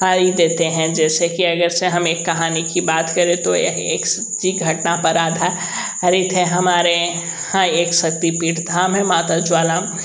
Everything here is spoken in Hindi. आई देते हैं जैसे कि अगर से हम एक कहानी की बात करें तो यह एक सच्ची घटना पर आधारित है हमारे यहाँ एक शक्ति पीठ था हमें माता ज्वाला